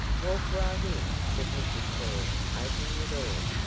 walk right in, said mrs. ford, opening the door.